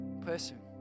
person